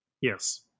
Yes